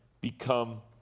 become